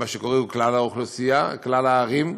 למה שקרוי כלל האוכלוסייה, כלל הערים.